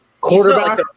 quarterback